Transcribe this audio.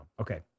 Okay